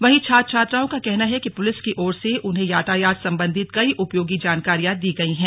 वहीं छात्र छात्राओं का कहना है कि पुलिस की ओर से उन्हें यातायात संबंधी कई उपयोगी जानकारियां दी गई हैं